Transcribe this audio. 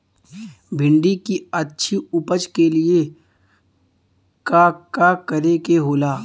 भिंडी की अच्छी उपज के लिए का का करे के होला?